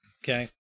Okay